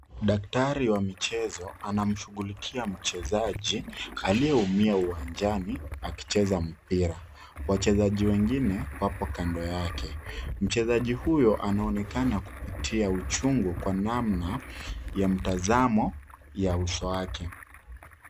Daktari wa michezo anamshughulikiamchezaji aliyeumia uwanjani akicheza mpira. Wachezaji wengine wapo kando yake. Mchezaji huyo anaoneana kupitiauchungu kwa namna ya mtazamo ya uso wake.